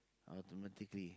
automatically